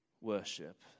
worship